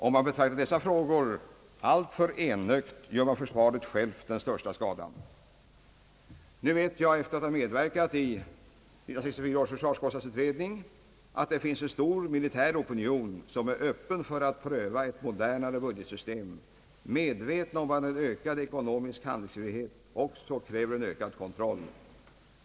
Om man nu betraktar dessa frågor för enögt, gör man försvaret självt den största skadan. Nu vet jag, efter att ha medverkat i 1964 års försvarskostnadsutredning, att det finns en avsevärd militär opinion som är villig att pröva ett modernare budgetsystem, i medvetandet om att en ökad ekonomisk handlingsfrihet kräver ökad kontroll.